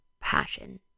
passion